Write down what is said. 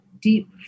deep